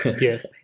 Yes